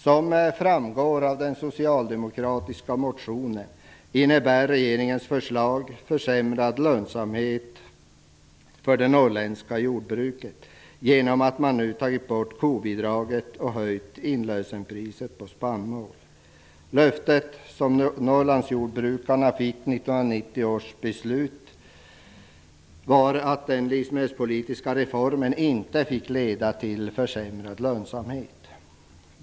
Som framgår av den socialdemokratiska motionen innebär regeringens förslag försämrad lönsamhet för det norrländska jordbruket genom att man tagit bort kobidraget och höjt inlösenpriset på spannmål. Det löfte som Norrlandsjordbrukarna fick i 1990 års beslut var att den livsmedelspolitiska reformen inte fick leda till försämrad lönsamhet.